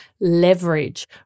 leverage